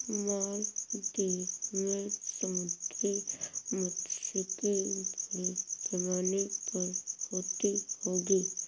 मालदीव में समुद्री मात्स्यिकी बड़े पैमाने पर होती होगी